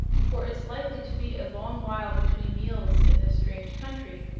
for it's likely to be a long while between meals in this strange country.